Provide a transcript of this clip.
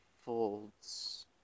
Fold's